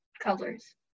colors